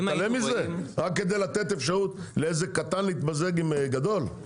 אתה מתעלם מזה רק כדי לתת אפשרות לאיזה קטן להתמזג עם גדול?